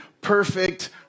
perfect